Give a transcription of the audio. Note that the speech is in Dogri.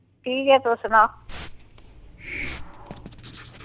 ठीक ऐ तू सना